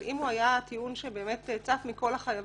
אבל אם הוא היה טיעון שבאמת צף מכל החייבים,